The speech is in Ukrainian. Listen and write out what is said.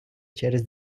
через